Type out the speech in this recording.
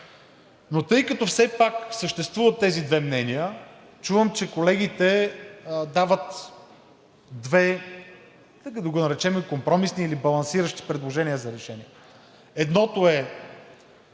Тъй като все пак съществуват тези две мнения, чувам, че колегите дават две да ги наречем компромисни или балансиращи предложения за решения. Едното е